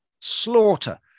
Slaughter